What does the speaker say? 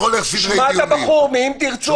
שמע את הבחור מאם תרצו,